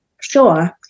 Sure